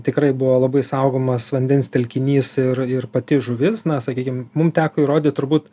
tikrai buvo labai saugomas vandens telkinys ir ir pati žuvis na sakykim mum teko įrodyt turbūt